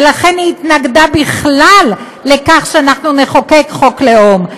ולכן היא התנגדה בכלל לכך שאנחנו נחוקק חוק לאום.